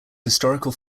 historical